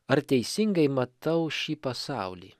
ar teisingai matau šį pasaulį